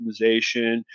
optimization